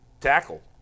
tackle